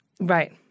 Right